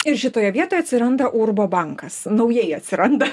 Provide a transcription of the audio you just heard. ir šitoje vietoj atsiranda urbo bankas naujai atsiranda